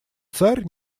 царь